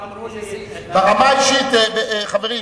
לא, גם אמרו לי, ברמה האישית, חברים.